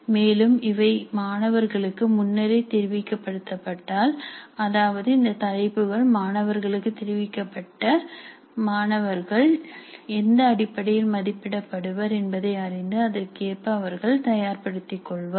மேலும் இவை மாணவர்களுக்கு முன்னரே தெரிவிக்க படுத்தப்பட்டால் அதாவது இந்த தலைப்புகள் மாணவர்களுக்கு தெரிவிக்கப்பட்ட மாணவர்கள் எந்த அடிப்படையில் மதிப்பிட படுவர் என்பதை அறிந்து அதற்கேற்ப அவர்கள் தயார்படுத்திக் கொள்வார்